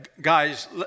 guys